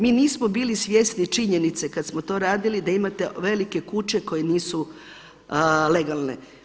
Mi nismo bili svjesni činjenice kad smo to radili da imate velike kuće koje nisu legalne.